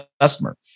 customer